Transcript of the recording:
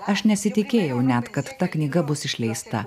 aš nesitikėjau net kad ta knyga bus išleista